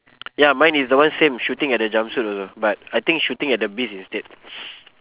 ya mine is the one same shooting at the junction also but I think shooting at the bees instead